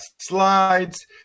slides